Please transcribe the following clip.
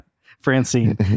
francine